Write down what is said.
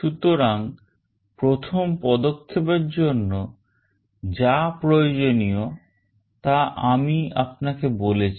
সুতরাং প্রথম পদক্ষেপের জন্য যা প্রয়োজনীয় তা আমি আপনাকে বলেছি